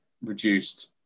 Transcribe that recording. reduced